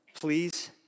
please